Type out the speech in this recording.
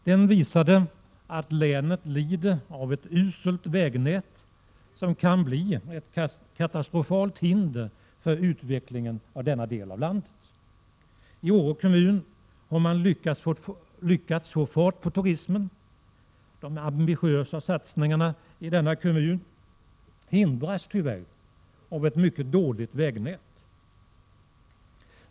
Den visade att länet lider av ett uselt vägnät, som kan bli ett katastrofalt hinder för utvecklingen av denna del av landet. I Åre kommun har man lyckats få fart på turismen. De ambitiösa satsningarna i denna kommun hindras tyvärr av ett mycket dåligt vägnät.